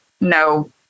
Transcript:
no